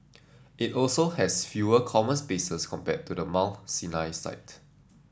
it also has fewer common spaces compared to the Mount Sinai site